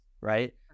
right